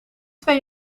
twee